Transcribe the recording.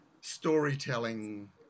storytelling